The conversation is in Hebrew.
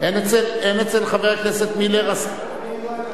אין אצל חבר הכנסת מילר הסכמה,